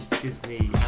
Disney